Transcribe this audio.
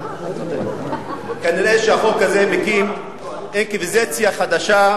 כנראה שהחוק הזה מקים אינקוויזיציה חדשה,